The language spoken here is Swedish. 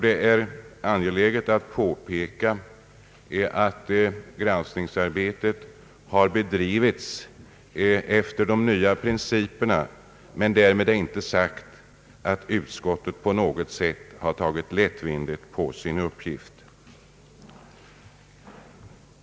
Det är angeläget att påpeka att granskningsarbetet har bedrivits efter nya principer, men därmed är inte sagt att utskottet på något sätt har tagit lättvindigt på sin uppgift.